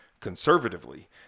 conservatively